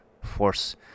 Force